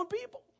people